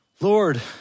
Lord